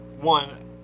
one